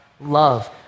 love